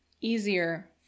Easier